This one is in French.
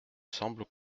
semble